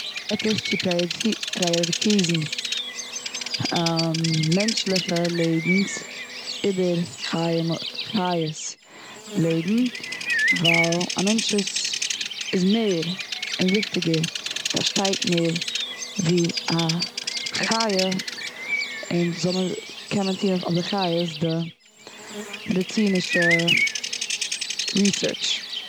עטיש צו פרייאריטזן מענטשליכע לעבנס איבער חיום, חיות לעבן. וויל א מענטש איז, איז מער און וויכטיגער פארשטייט מער ווי א חיה, און זאל מען, קען מען טון אויף די חיה די מעדיצינישע ריסוירטש.